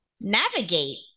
navigate